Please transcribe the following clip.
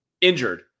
injured